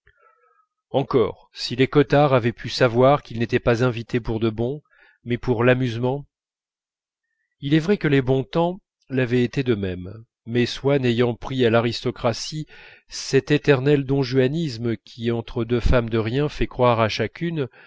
encore si les cottard avaient pu savoir qu'ils n'étaient pas invités pour de bon mais pour l'amusement il est vrai que les bontemps l'avaient été de même mais swann ayant pris à l'aristocratie cet éternel donjuanisme qui entre deux femmes de rien fait croire à chacune